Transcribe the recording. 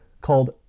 called